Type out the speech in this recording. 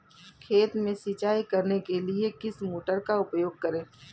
खेत में सिंचाई करने के लिए किस मोटर का उपयोग करें?